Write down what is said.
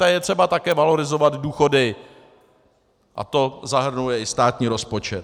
A je třeba také valorizovat důchody a to zahrnuje i státní rozpočet.